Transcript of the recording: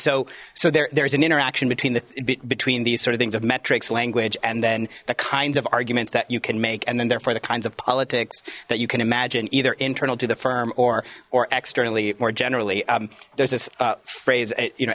so so there there's an interaction between the between these sort of things of metrics language and then the kinds of arguments that you can make and then therefore the kinds of politics that you can imagine either internal to the firm or or externally more generally there's this phrase you know